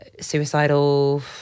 suicidal